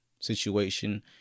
situation